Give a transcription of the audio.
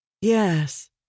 Yes